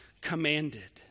commanded